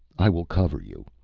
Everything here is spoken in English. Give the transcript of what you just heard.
i will cover you.